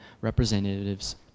representatives